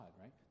right